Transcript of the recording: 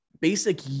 basic